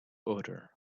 odor